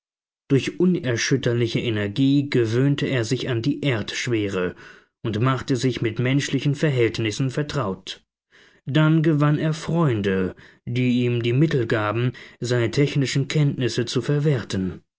durch unerschütterliche energie gewöhnte er sich an die erdschwere und machte sich mit menschlichen verhältnissen vertraut dann gewann er freunde die ihm die mittel gaben seine technischen kenntnisse zu verwerten